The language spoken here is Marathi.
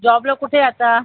जॉबला कुठे आहे आता